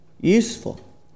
useful